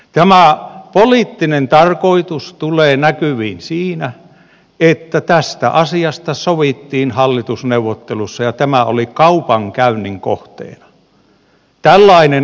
tämä poliittinen tarkoitus tulee näkyviin siinä että tästä asiasta sovittiin hallitusneuvottelussa ja tämä oli kaupankäynnin kohteena